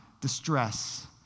distress